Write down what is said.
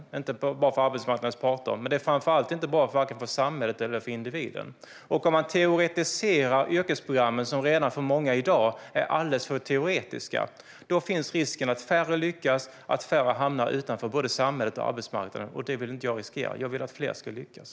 Det är inte bra för arbetsmarknadens parter. Men det är framför allt inte bra för vare sig samhället eller individen. Om man teoretiserar yrkesprogrammen, som redan i dag är alldeles för teoretiska för många, finns det risk att färre lyckas och att fler hamnar utanför både samhället och arbetsmarknaden. Det vill jag inte riskera. Jag vill att fler ska lyckas.